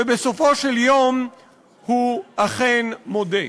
ובסופו של יום הוא אכן מודה.